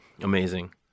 Amazing